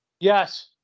Yes